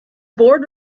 board